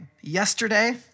Yesterday